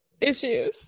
issues